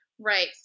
Right